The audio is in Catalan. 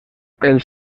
els